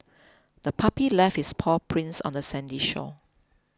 the puppy left its paw prints on the sandy shore